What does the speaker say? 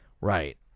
right